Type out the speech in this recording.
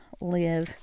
live